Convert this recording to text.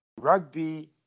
rugby